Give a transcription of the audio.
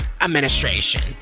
administration